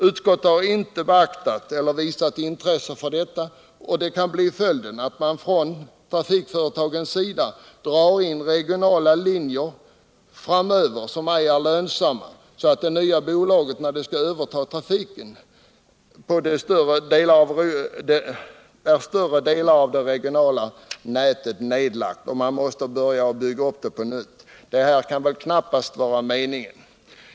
Utskottet har inte beaktat eller visat intresse för detta, och följden kan bli att trafikföretagen framöver drar in regionala linjer som inte är lönsamma, så att när de nya bolagen skall överta trafiken större delen av det regionala trafiknätet är nedlagt och de måste bygga upp det på nytt. Detta kan väl knappast vara meningen.